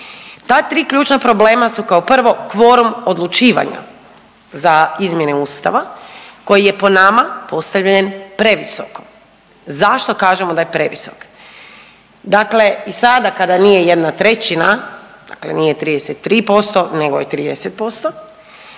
Ta tri ključna problema su kao prvo kvorum odlučivanja za izmjene ustava koji je po nama postavljen previsoko. Zašto kažemo da je previsok? Dakle i sada kada nije 1/3, dakle nije 33% nego je 30%